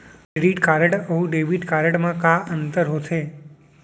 Credit card अऊ debit card मा का अंतर होथे?